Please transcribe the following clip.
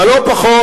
אבל לא פחות,